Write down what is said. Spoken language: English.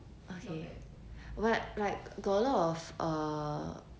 okay but got a lot of err